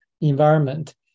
environment